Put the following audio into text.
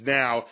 now